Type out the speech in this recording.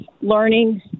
learning